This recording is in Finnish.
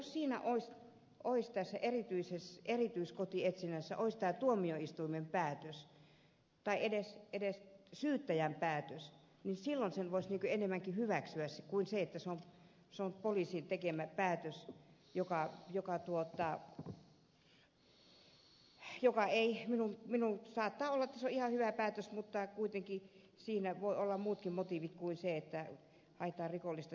ja jos tässä erityiskotietsinnässä olisi tuomioistuimen päätös tai edes syyttäjän päätös niin silloin sen voisi paremmin hyväksyä kuin että se on poliisin tekemä päätös joka saattaa olla ihan hyvä päätös mutta kuitenkin siinä voi olla muutkin motiivit kuin se että siinä haetaan rikollista